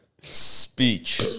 speech